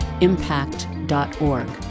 impact.org